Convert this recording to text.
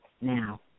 now